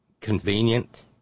convenient